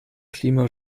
klima